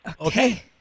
Okay